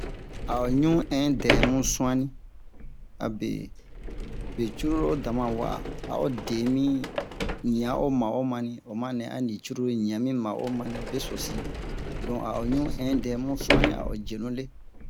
a o ɲun ɛdɛ mu su'anni abe be curulu o dama wa'a a o den mi ɲan o ma'o mani o ma nɛ a nin curulu we ɲan mi ma'o mani besosi donc a o ɲu ɛdɛ mu su'anni a o jenu le